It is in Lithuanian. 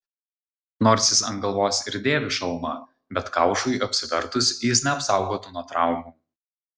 nors jis ant galvos ir dėvi šalmą bet kaušui apsivertus jis neapsaugotų nuo traumų